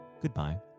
goodbye